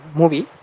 movie